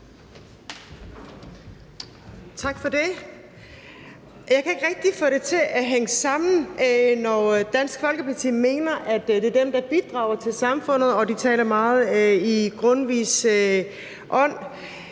Tak for det. Jeg kan ikke rigtig få det til at hænge sammen, at Dansk Folkeparti mener, at det er dem, der bidrager til samfundet – og de taler meget i Grundtvigs ånd.